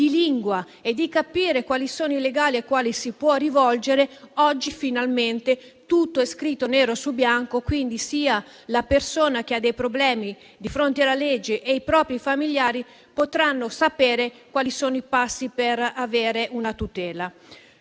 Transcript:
deve capire quali sono i legali ai quali può rivolgersi. Oggi finalmente è tutto scritto nero su bianco, quindi la persona che ha dei problemi di fronte alla legge e i suoi familiari potranno sapere quali sono i passi da compiere per avere una tutela.